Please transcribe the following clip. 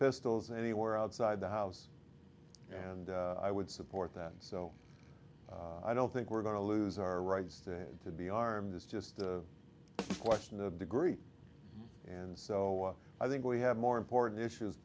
pistols anywhere outside the house and i would support that so i don't think we're going to lose our rights to be armed is just a question of degree and so i think we have more important issues